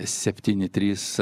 septyni trys